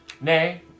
Nay